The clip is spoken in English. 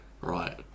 Right